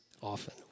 often